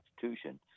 Constitution